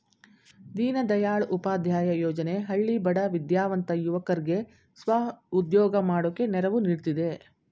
ದೀನದಯಾಳ್ ಉಪಾಧ್ಯಾಯ ಯೋಜನೆ ಹಳ್ಳಿ ಬಡ ವಿದ್ಯಾವಂತ ಯುವಕರ್ಗೆ ಸ್ವ ಉದ್ಯೋಗ ಮಾಡೋಕೆ ನೆರವು ನೀಡ್ತಿದೆ